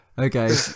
Okay